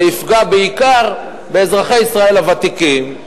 זה יפגע בעיקר באזרחי ישראל הוותיקים,